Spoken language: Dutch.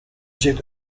zit